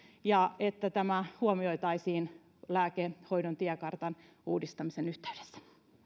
että tämä huomioitaisiin lääkehoidon tiekartan uudistamisen yhteydessä